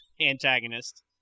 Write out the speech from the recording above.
antagonist